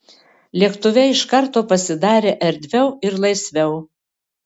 lėktuve iš karto pasidarė erdviau ir laisviau